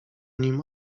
nim